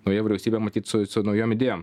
nauja vyriausybė matyt su su naujom idėjom